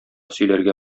сөйләргә